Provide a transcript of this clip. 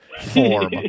form